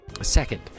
Second